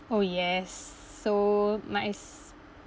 oh yes so my ex~